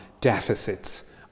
deficits